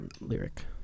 lyric